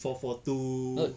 four four two